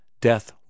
death